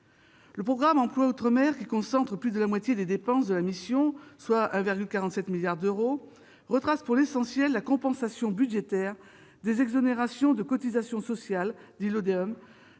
Le programme « Emploi outre-mer », qui concentre plus de la moitié des dépenses de la mission, soit 1,47 milliard d'euros, retrace pour l'essentiel la compensation budgétaire des exonérations de cotisations sociales dites Lodéom,